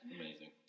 Amazing